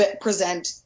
present